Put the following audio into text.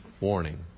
warning